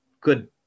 good